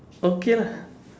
okay lah